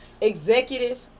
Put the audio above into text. Executive